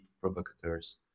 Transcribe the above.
provocateurs